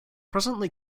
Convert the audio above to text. presently